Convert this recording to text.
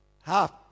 half